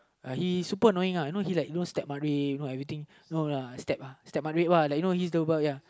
uh he super annoying uh like you know he like you know step you know everything know like step ya